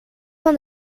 van